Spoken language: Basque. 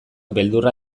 beldurra